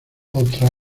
otra